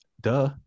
Duh